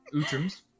Utrum's